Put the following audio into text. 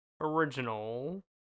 original